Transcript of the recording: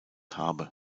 habe